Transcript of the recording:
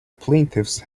plaintiffs